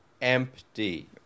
empty